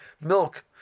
milk